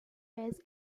base